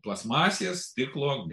plastmasės stiklo